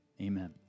Amen